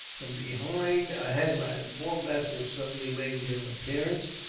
from behind a headland, four vessels suddenly made their appearance.